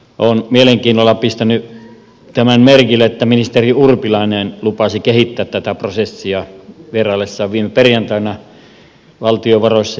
olen mielenkiinnolla pistänyt tämän merkille että ministeri urpilainen lupasi kehittää tätä prosessia vieraillessaan viime perjantaina valtiovaroissa